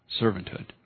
servanthood